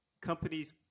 companies